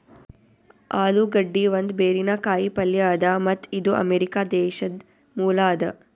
ಆಲೂಗಡ್ಡಿ ಒಂದ್ ಬೇರಿನ ಕಾಯಿ ಪಲ್ಯ ಅದಾ ಮತ್ತ್ ಇದು ಅಮೆರಿಕಾ ದೇಶದ್ ಮೂಲ ಅದಾ